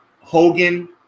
Hogan